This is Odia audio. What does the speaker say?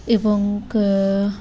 ଏବଂ